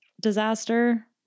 disaster